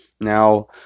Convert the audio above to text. Now